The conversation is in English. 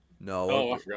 No